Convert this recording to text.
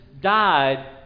died